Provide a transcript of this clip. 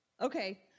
Okay